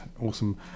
Awesome